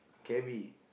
K B